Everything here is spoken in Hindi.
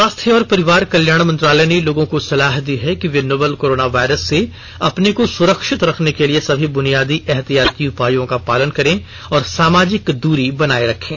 स्वास्थ्य और परिवार कल्याण मंत्रालय ने लोगों को सलाह दी है कि वे नोवल कोरोना वायरस से अपने को सुरक्षित रखने के लिए सभी बुनियादी एहतियाती उपायों का पालन करें और सामाजिक दूरी बनाए रखें